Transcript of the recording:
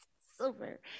silver